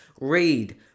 Read